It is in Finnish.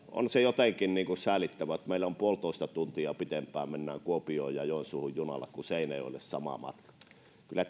on se jotenkin säälittävää että meillä samaa matkaa mennään junalla puolitoista tuntia pitempään kuopioon ja joensuuhun kuin seinäjoelle kyllä